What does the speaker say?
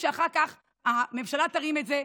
שאחר כך הממשלה תרים את זה,